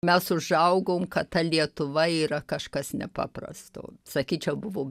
mes užaugom kad ta lietuva yra kažkas nepaprasto sakyčiau buvo